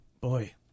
Boy